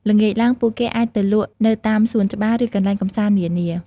ល្ងាចឡើងពួកគេអាចទៅលក់នៅតាមសួនច្បារ ឬកន្លែងកម្សាន្តនានា។